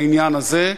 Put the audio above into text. לעניין הזה,